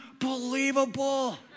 unbelievable